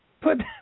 Put